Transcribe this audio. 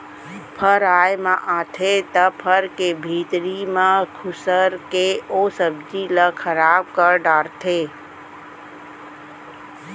फर आए म आथे त फर के भीतरी म खुसर के ओ सब्जी ल खराब कर डारथे